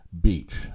beach